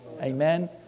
Amen